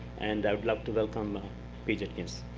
and would love to welcome paige atkins.